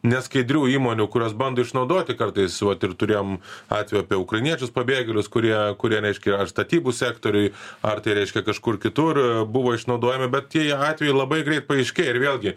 neskaidrių įmonių kurios bando išnaudoti kartais vuot ir turėjom atvejų apie ukrainiečius pabėgėlius kurie kurie reiškia ar statybų sektoriuj ar tai reiškia kažkur kitur buvo išnaudojami bet tie atvejai labai greit paaiškėja ir vėlgi